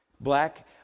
Black